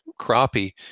crappie